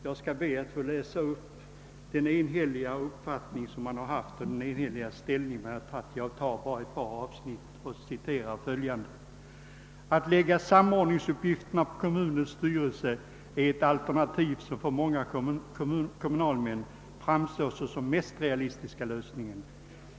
Jag skall be att få läsa upp ett par avsnitt för att visa vilken uppfattning Kommunförbundet har: »Att lägga samordningsuppgiften på kommunens styrelse är ett alternativ som för många kommunalmän framstår som den mest realistiska lösningen.